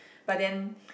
but then